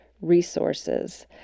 resources